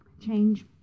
Change